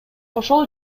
ошол